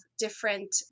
different